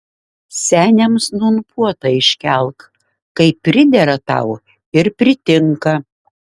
seniams nūn puotą iškelk kaip pridera tau ir pritinka